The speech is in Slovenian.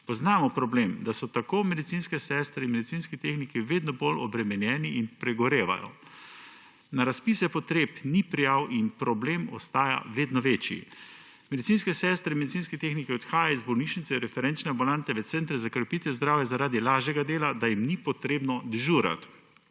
Poznamo problem, da so tako medicinske sestre in medicinski tehniki vedno bolj obremenjeni in pregorevajo. Na razpise potreb ni prijav in problem ostaja vedno večji. Medicinske sestre in medicinski tehniki odhajajo iz bolnišnice v referenčne ambulante, v centre za krepitev zdravja zaradi lažjega dela, da jim ni potrebno dežurati.